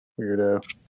Weirdo